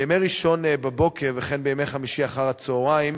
בימי ראשון בבוקר וכן בימי חמישי אחר-הצהריים